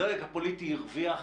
הדרג הפוליטי הרוויח